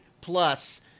plus